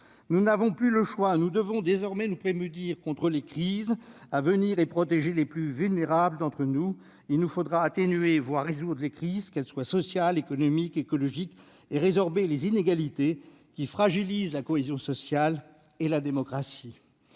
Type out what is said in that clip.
Nous n'avons plus le choix : nous devons désormais nous prémunir contre les crises à venir et protéger les plus vulnérables d'entre nous. Il nous faudra atténuer, voire résoudre, les crises, qu'elles soient sociales, économiques ou écologiques, et résorber les inégalités qui fragilisent la cohésion sociale et la démocratie.